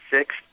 Six